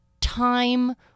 time